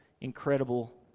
incredible